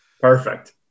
perfect